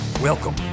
Welcome